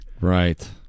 Right